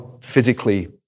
physically